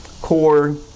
core